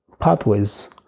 pathways